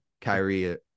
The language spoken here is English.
Kyrie